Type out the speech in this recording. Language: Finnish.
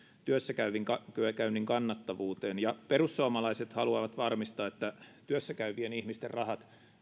työssäkäynnin kannattavuuteen perussuomalaiset haluavat varmistaa että työssäkäyvien ihmisten rahat